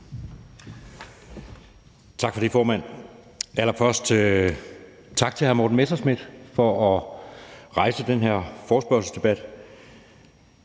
Tak for det, formand. Allerførst vil jeg sige tak til hr. Morten Messerschmidt for at rejse den her forespørgselsdebat.